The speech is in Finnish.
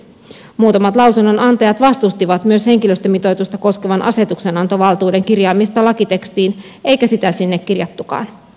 muutamat lausunnonantajat vastustivat myös henkilöstömitoitusta koskevan asetuksenantovaltuuden kirjaamista lakitekstiin eikä sitä sinne kirjattukaan